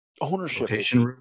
ownership